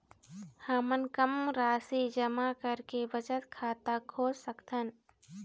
हमन कम राशि जमा करके बचत खाता खोल सकथन?